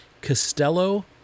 Costello